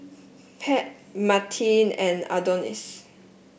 Pat Mattie and Adonis